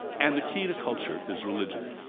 and the key to culture is religion.